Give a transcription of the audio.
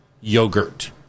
yogurt